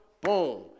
boom